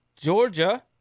Georgia